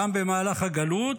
גם במהלך הגלות